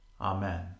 Amen